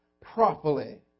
properly